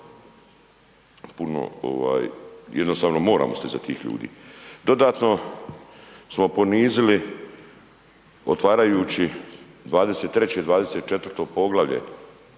puno, jednostavno moramo za tih ljudi. Dodatno smo ponizili otvarajući 23. i 24. poglavlje